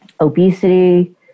obesity